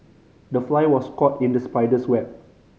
the fly was caught in the spider's web